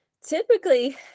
typically